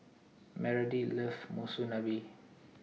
Meredith loves Monsunabe